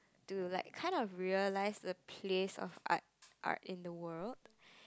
to like kinds of realize the places of art art in the world